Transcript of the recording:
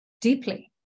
deeply